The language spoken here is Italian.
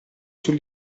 sul